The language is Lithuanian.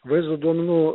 vaizdo duomenų